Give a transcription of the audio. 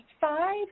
five